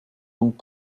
donc